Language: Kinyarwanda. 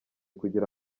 kugira